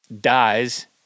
dies